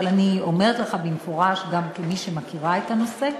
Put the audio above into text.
אבל אני אומרת לך במפורש, גם כמי שמכירה את הנושא,